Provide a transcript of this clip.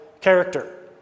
character